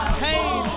pain